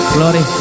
Glory